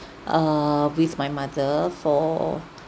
err with my mother for